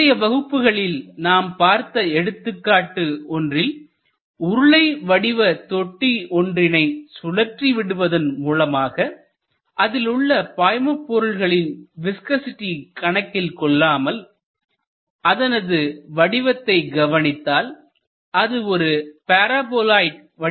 முந்தைய வகுப்புகளில் நாம் பார்த்த எடுத்துக்காட்டு ஒன்றில் உருளை வடிவ தொட்டி ஒன்றினை சுழற்றி விடுவதன் மூலமாக அதில் உள்ள பாய்மபொருளுளின் விஸ்கசிட்டியை கணக்கில் கொள்ளாமல் அதனது வடிவத்தை கவனித்தால் அது ஒரு பாராபோலாய்டு வடிவத்தை அடையும்